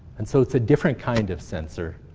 and so it's a different kind of sensor.